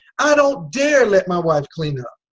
i don't dare let my wife clean up.